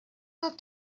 have